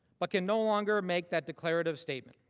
but can no longer make that declarative statement.